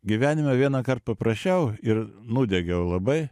gyvenime vienąkart paprašiau ir nudegiau labai